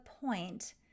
point